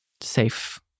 safe